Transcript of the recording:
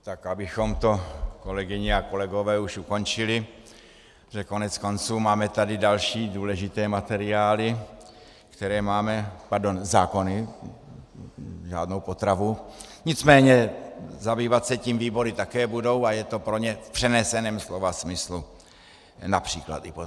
Tak abychom to, kolegyně a kolegové, už ukončili, protože koneckonců máme tady další důležité materiály, které máme, pardon, zákony, žádnou potravu, nicméně zabývat se tím výbory také budou a je to pro ně v přeneseném slova smyslu například i potrava.